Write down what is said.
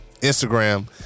Instagram